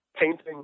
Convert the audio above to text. painting